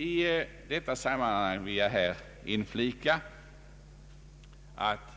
I detta sammanhang vill jag inflika, att